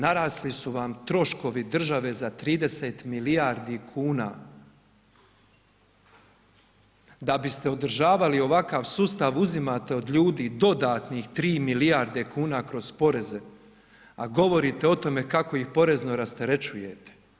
Narasli su vam troškovi države za 30 milijardi kuna, da biste održavali ovakav sustav uzimate od ljudi dodatnih 3 milijarde kuna kroz poreze, a govorite o tome kako ih porezno rasterećujete.